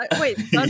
wait